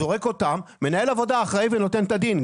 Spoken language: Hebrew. זורק אותם ומנהל העבודה הוא האחראי ונותן את הדין.